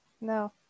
No